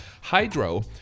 Hydro